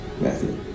Matthew